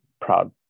proud